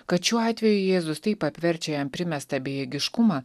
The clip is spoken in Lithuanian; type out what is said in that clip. kad šiuo atveju jėzus taip apverčia jam primestą bejėgiškumą